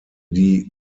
die